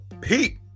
Pete